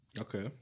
Okay